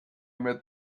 met